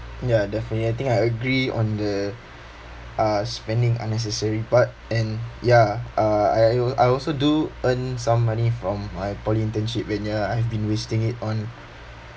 ya definitely I think I agree on the uh spending unnecessary but and ya uh I I I also do earn some money from my poly internship when ya I have been wasting it on